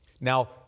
Now